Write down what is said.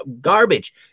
garbage